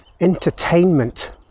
entertainment